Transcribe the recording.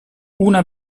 una